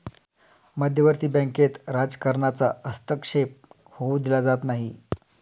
मध्यवर्ती बँकेत राजकारणाचा हस्तक्षेप होऊ दिला जात नाही